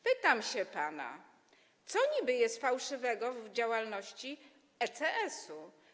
Pytam się pana: Co niby jest fałszywego w działalności ECS?